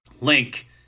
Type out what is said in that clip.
link